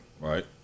Right